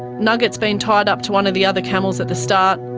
nugget's been tied up to one of the other camels at the start,